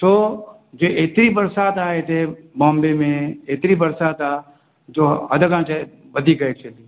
छो जे हेतिरी बरिसात आए हिते बॉम्बे में हेतिरी बरिसात आहे जो अधु घंटे वधीक एक्चुअली